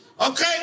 Okay